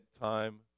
time